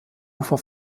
ufer